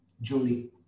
Julie